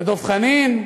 דב חנין,